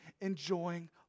enjoying